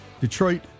Detroit